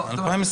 לא, לא.